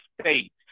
state